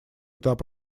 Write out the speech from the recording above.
этап